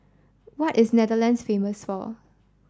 what is Netherlands famous for